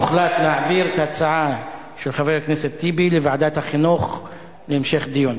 הוחלט להעביר את ההצעה של חבר הכנסת טיבי לוועדת החינוך להמשך דיון.